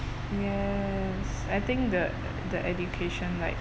yes I think the the education like